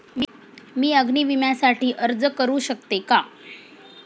मी अग्नी विम्यासाठी अर्ज करू शकते का?